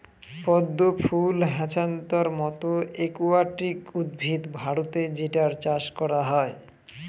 পদ্ম ফুল হ্যাছান্থর মতো একুয়াটিক উদ্ভিদ ভারতে যেটার চাষ করা হয়